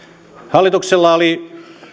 hallituksella oli